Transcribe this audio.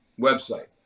website